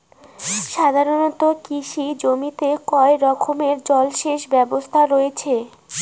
সাধারণত কৃষি জমিতে কয় রকমের জল সেচ ব্যবস্থা রয়েছে?